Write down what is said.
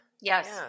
Yes